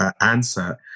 answer